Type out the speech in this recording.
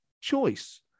choice